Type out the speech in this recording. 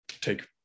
take